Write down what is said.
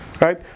right